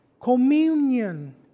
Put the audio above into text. communion